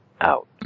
out